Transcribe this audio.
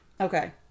Okay